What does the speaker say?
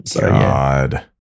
God